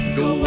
go